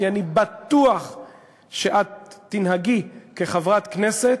כי אני בטוח שאת תנהגי כחברת כנסת